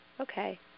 Okay